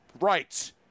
rights